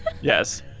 Yes